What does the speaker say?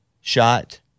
shot